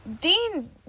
Dean